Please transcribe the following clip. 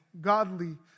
godly